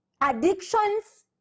addictions